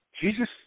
Jesus